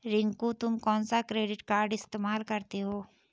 रिंकू तुम कौन सा क्रेडिट कार्ड इस्तमाल करते हो?